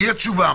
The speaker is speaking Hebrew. תהיה תשובה?